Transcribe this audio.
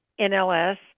NLS